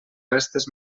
restes